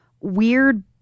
weird